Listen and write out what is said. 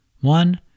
One